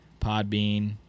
Podbean